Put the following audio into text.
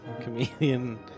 comedian